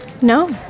No